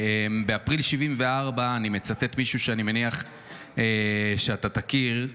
באפריל 1974, אני מצטט מישהו שאני מניח שאתה תכיר,